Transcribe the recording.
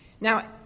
Now